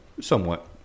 somewhat